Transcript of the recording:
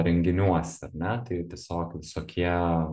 renginiuose ar ne tai tiesiog visokie